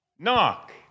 Knock